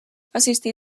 assistí